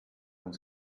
uns